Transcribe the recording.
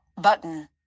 button